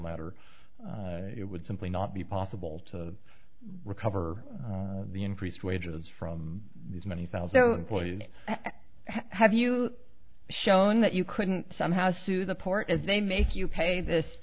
matter it would simply not be possible to recover the increased wages from these many thousand point have you shown that you couldn't somehow sue the port if they make you pay this